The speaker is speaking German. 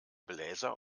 bläser